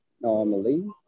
normally